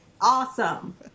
awesome